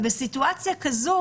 בסיטואציה כזו,